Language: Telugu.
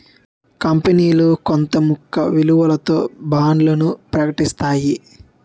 కంపనీలు కొంత ముఖ విలువతో బాండ్లను ప్రకటిస్తాయి